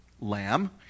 lamb